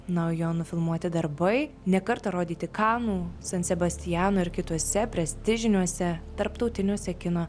na o jo nufilmuoti darbai ne kartą rodyti kanų san sebastiano ir kituose prestižiniuose tarptautiniuose kino